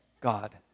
God